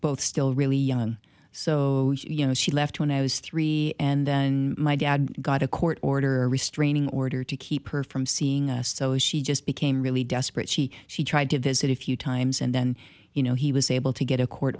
both still really young so you know she left when i was three and then my dad got a court order restraining order to keep her from seeing us so she just became really desperate she she tried to visit a few times and then you know he was able to get a court